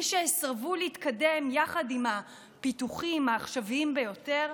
מי שיסרבו להתקדם יחד עם הפיתוחים העכשוויים ביותר,